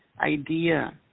idea